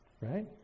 Right